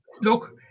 look